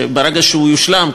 שברגע שהוא יושלם,